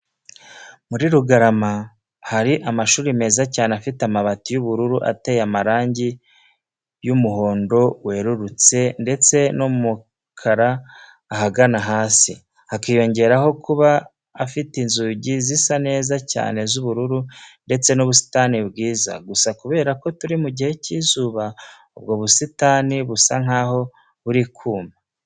Muri Rugarama hari amashuri meza cyane afite amabati y'ubururu, ateye amarangi y'umuhondo werurutse ndetse n'umukara ahagana hasi, hakaniyongeraho kuba afite inzugi zisa neza cyane z'ubururu ndetse n'ubusitani bwiza. Gusa kubera ko turi mu gihe cy'izuba ubwo busitani busa nkaho buri kuma.